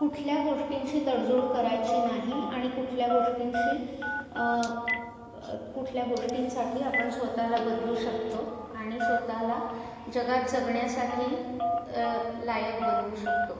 कुठल्या गोष्टींशी तडजोड करायची नाही आणि कुठल्या गोष्टींशी कुठल्या गोष्टींसाठी आपण स्वतःला बदलू शकतो आणि स्वतःला जगात जगण्यासाठी लायक बनवू शकतो